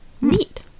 Neat